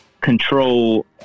control